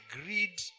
agreed